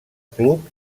club